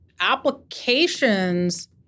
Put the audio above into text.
applications